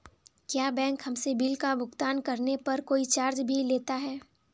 क्या बैंक हमसे बिल का भुगतान करने पर कोई चार्ज भी लेता है?